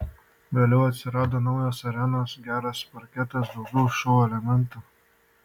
vėliau atsirado naujos arenos geras parketas daugiau šou elementų